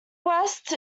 west